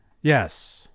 Yes